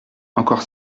encore